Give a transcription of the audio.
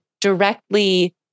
directly